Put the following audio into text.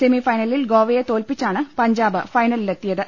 സെമിഫൈനലിൽ ഗോവയെ തോൽപ്പിച്ചാണ് പഞ്ചാബ് ഫൈനലിലെത്തിയത്